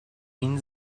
این